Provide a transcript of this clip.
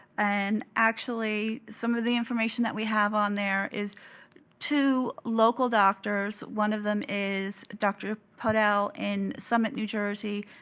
and actually, some of the information that we have on there is two local doctors. one of them is dr. podell in summit, new jersey,